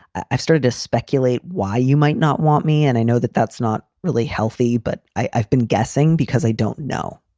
i've started to speculate why you might not want me. and i know that that's not really healthy. but i've been guessing because i don't know.